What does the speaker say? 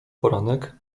poranek